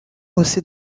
josé